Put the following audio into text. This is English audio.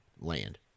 land